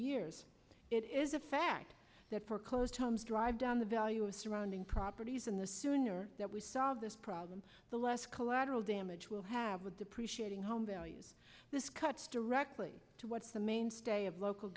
years it is a fact that foreclosed homes drive down the value of surrounding properties and the sooner that we solve this problem the less collateral damage will have a depreciating home values this cuts directly to what's the mainstay of local